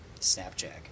snapjack